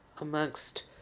amongst